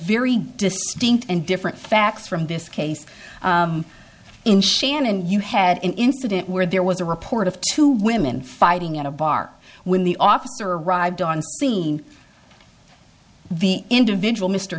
very distinct and different facts from this case in shannon you had an incident where there was a report of two women fighting in a bar when the officer arrived on scene the individual mr